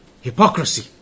Hypocrisy